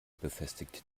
befestigt